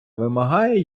вимагає